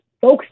folks